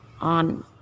on